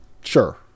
Sure